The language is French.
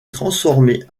transformée